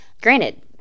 Granted